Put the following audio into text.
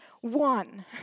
one